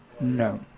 No